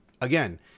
again